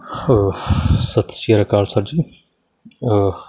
ਹਾਂ ਸਤਿ ਸ਼੍ਰੀ ਅਕਾਲ ਸਰ ਜੀ